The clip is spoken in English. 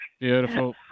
Beautiful